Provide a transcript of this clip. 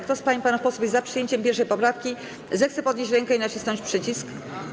Kto z pań i panów posłów jest za przyjęciem 1. poprawki, zechce podnieść rękę i nacisnąć przycisk.